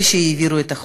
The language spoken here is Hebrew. אלה שהעבירו את החוק.